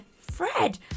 Fred